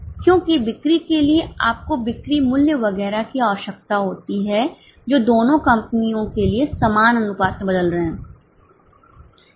क्योंकि बिक्री के लिए आपको बिक्री मूल्य वगैरह की आवश्यकता होती है जो दोनों कंपनियों के लिए समान अनुपात में बदल रहे हैं